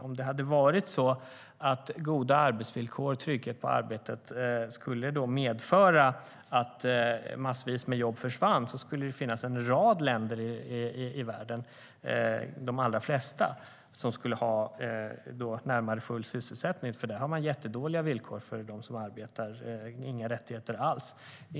Om goda arbetsvillkor och trygghet på arbetet verkligen skulle medföra att massvis med jobb försvann borde det finnas en rad länder i världen - de allra flesta - som då skulle ha i det närmaste full sysselsättning, för där har man jättedåliga villkor för dem som arbetar och inga rättigheter alls.